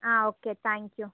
okay thank you